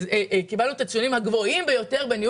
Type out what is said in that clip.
קיבלנו את הציונים הגבוהים ביותר בניהול